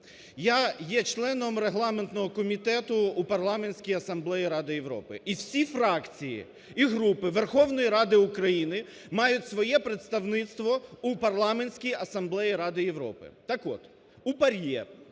Я є членом регламентного комітету у Парламентській асамблеї Ради Європи і всі фракції і групи Верховної Ради України мають своє представництво у Парламентській асамблеї Ради Європи. Так от, у ПАРЄ,